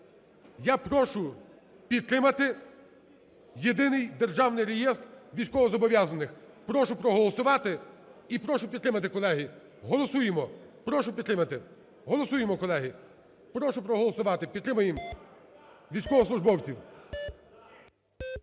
Я прошу підтримати Єдиний державний реєстр військовозобов'язаних. Прошу проголосувати і прошу підтримати, колеги. Голосуємо, прошу підтримати, голосуємо, колеги, прошу проголосувати, підтримаємо військовослужбовців.